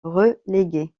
reléguée